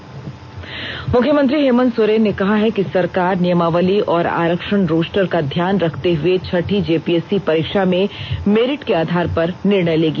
हेमंत सोरेन मुख्यमंत्री हेमंत सोरेन ने कहा है कि सरकार नियमावली और आरक्षण रोस्टर का ध्यान रखते हुए छठी जेपीएससी परीक्षा में मेरिट के आधार पर निर्णय लेगी